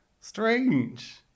strange